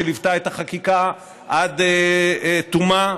שליוותה את החקיקה עד תומה.